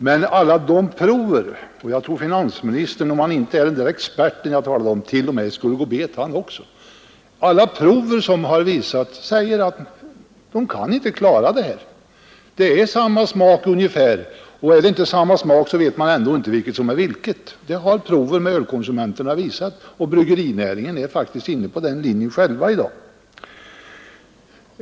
Men jag tror att t.o.m. finansministern — även om han inte är den där experten jag talade om — skulle gå bet på ett prov, för alla prov som har gjorts visar att man kan inte klara dem. Det är ungefär samma smak på allt öl, och är det inte samma smak vet man ändå inte vilket som är vilket. Det har proven med ölkonsumenterna visat, och bryggerinäringen är faktiskt själv inne på den linjen i dag.